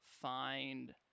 find